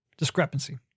discrepancy